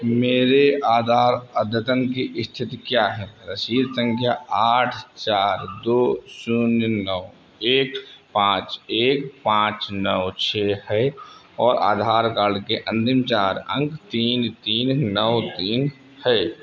मेरे आधार अद्यतन की स्थिति क्या है रसीद संख्या आठ चार दो शून्य नौ एक पाँच एक पाँच नौ छः है और आधार कार्ड के अंतिम चार अंक तीन तीन नौ तीन है